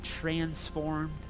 transformed